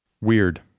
weird